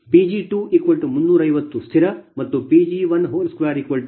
Pg2350 ಸ್ಥಿರ ಮತ್ತು Pg1122